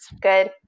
good